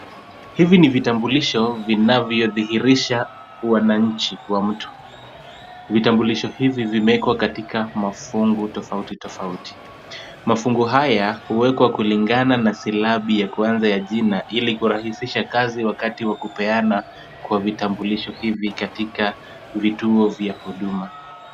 Hivi ni vitambulisho vinavyodhihirisha uwananchi wa mtu. Vitambulisho hivi vimewekwa katika mafungu tofauti tofauti. Mafungu haya huwekwa kulingana na silabi ya kwanza ya jina ili kurahisisha kazi wakati wa kupeana kwa vitambulisho hivi katika vituo vya huduma.